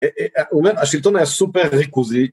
הוא אומר ‫השלטון היה סופר ריכוזי.